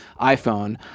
iPhone